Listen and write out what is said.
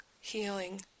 healing